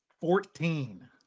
Fourteen